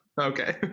Okay